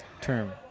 term